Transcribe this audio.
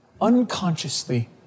unconsciously